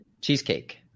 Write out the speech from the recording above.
Cheesecake